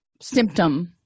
symptom